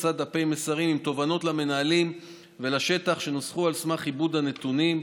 הפצה דפי מסרים עם תובנות למנהלים ולשטח שנוסחו על סמך עיבוד הנתונים,